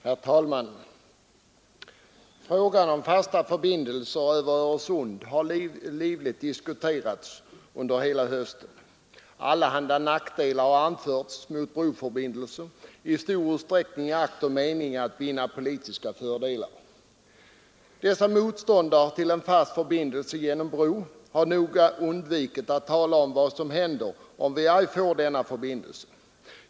Herr talman! Frågan om fasta förbindelser över Öresund har livligt diskuterats under hela hösten. Allehanda nackdelar har anförts som argument mot en broförbindelse, i stor utsträckning i akt och mening att vinna politiska fördelar. Motståndarna till en fast förbindelse genom bro har noga undvikit att tala om vad som händer om vi ej får denna förbindelse.